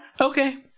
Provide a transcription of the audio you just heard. okay